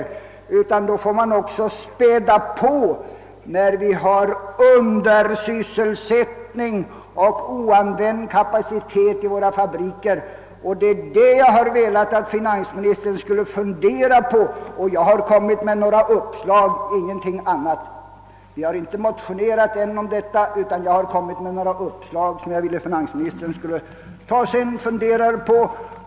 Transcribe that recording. Man får också späda på när det är undersysselsättning och oanvänd kapacitet i fabrikerna. Det var detta jag ville att finansministern skulle fundera på. Själv har jag kommit med några uppslag — ingenting annat. Vi har inte motionerat ännu; jag har bara presenterat några uppslag som jag ville att finansministern skulle ta sig en funderare på.